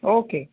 okay